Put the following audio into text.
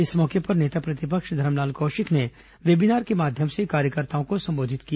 इस मौके पर नेता धरमलाल कौशिक ने वेबीनार के माध्यम से कार्यकर्ताओं को संबोधित किया